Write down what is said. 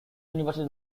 university